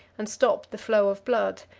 and stopped the flow of blood.